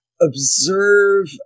observe